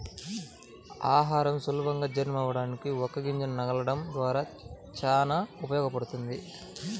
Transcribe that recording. ఆహారం సులభంగా జీర్ణమవ్వడానికి వక్క గింజను నమలడం ద్వారా చానా ఉపయోగముంటది